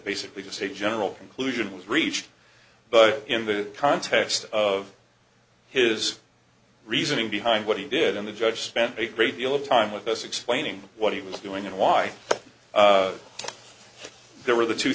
basically the same general conclusion was reached but in the context of his reasoning behind what he did and the judge spent a great deal of time with us explaining what he was doing and why there were the two